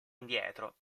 indietro